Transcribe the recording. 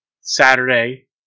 Saturday